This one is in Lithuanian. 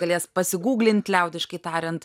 galės pasigūglint liaudiškai tariant